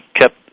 kept